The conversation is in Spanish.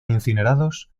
incinerados